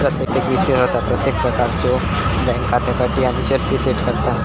प्रत्येक वित्तीय संस्था प्रत्येक प्रकारच्यो बँक खात्याक अटी आणि शर्ती सेट करता